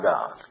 God